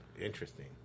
interesting